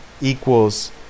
equals